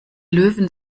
löwen